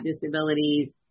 disabilities